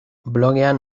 blogean